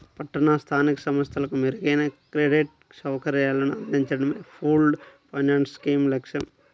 పట్టణ స్థానిక సంస్థలకు మెరుగైన క్రెడిట్ సౌకర్యాలను అందించడమే పూల్డ్ ఫైనాన్స్ స్కీమ్ లక్ష్యం